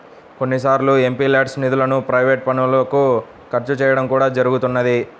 కొన్నిసార్లు ఎంపీల్యాడ్స్ నిధులను ప్రైవేట్ పనులకు ఖర్చు చేయడం కూడా జరుగుతున్నది